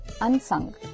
unsung